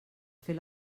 fer